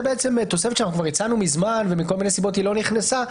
תוספת שכבר הצענו מזמן ומכל מיני סיבות היא לא נכנסה.